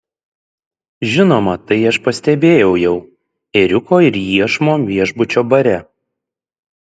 žinoma tai aš pastebėjau jau ėriuko ir iešmo viešbučio bare